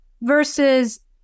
versus